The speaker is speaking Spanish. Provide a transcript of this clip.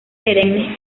perennes